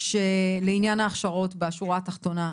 לעניין ההכשרות בשורה התחתונה.